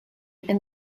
and